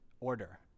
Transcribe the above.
Order